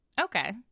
Okay